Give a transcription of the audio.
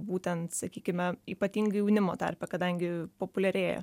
būtent sakykime ypatingai jaunimo tarpe kadangi populiarėja